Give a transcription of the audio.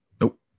Nope